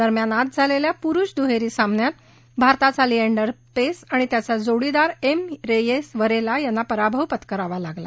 दरम्यान आज झालेल्या पुरुष दुहेरी सामन्यात भारताचा लिएंडर पेस आणि त्याचा जोडीदार एम रेयेस वरेला यांना पराभव पत्करावा लागला